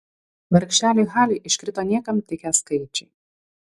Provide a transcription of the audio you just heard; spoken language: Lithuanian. vargšeliui haliui iškrito niekam tikę skaičiai